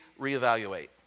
reevaluate